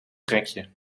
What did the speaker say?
rekje